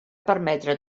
permetre